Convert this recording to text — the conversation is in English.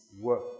work